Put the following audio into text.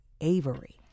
Avery